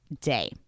day